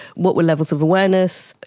what were levels of awareness?